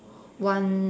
one